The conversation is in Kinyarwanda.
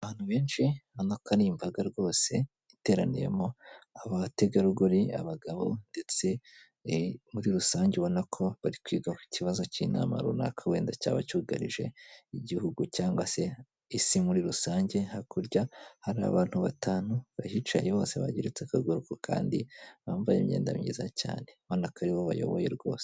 Abantu benshi ubona ko ari imbaga rwose iteraniyemo abategarugori, abagabo ndetse muri rusange ubona ko bari kwiga ku ikibazo cy'inama runaka wenda cyaba cyugarije igihugu, cyangwa se isi muri rusange, hakurya hari abantu batanu bahicaye bose bageretse akagaru ku kandi bambaye imyenda myiza cyane, ubana atari ari wowe bayoboye rwose.